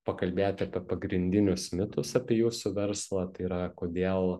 pakalbėti apie pagrindinius mitus apie jūsų verslą tai yra kodėl